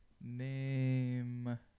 Name